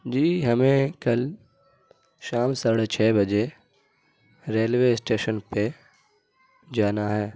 جی ہمیں کل شام ساڑھے چھ بجے ریلوے اسٹیشن پہ جانا ہے